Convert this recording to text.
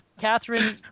Catherine